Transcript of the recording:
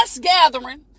gathering